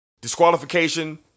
disqualification